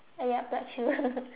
uh yup dark shoe